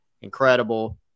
incredible